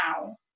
now